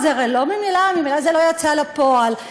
הרי ממילא זה לא יצא לפועל.